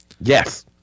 Yes